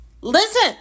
listen